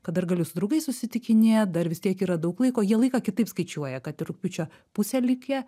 kad dar galiu su draugais susitikinėt dar vis tiek yra daug laiko jie laiką kitaip skaičiuoja kad ir rugpjūčio pusė likę